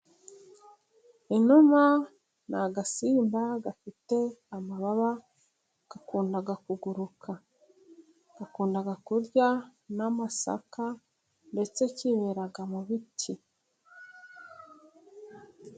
Inuma ni agasimba gafite amababa ,gakunda kuguruka gakunda kurya n'amasaka ,ndetse kibera mu biti.